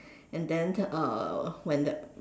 and then uh when that